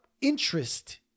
interest